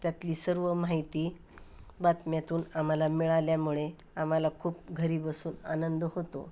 त्यातली सर्व माहिती बातम्यांतून आम्हाला मिळाल्यामुळे आम्हाला खूप घरी बसून आनंद होतो